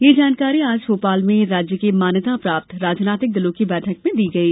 यह जानकारी आज भोपाल में राज्य के मान्यता प्राप्त राजनैतिक दलों की बैठक में दी गई